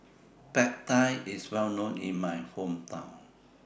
Pad Thai IS Well known in My Hometown